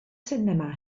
sinema